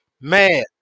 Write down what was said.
Mad